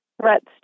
threats